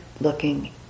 looking